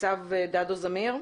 תת-ניצב דדו זמיר?